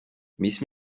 miss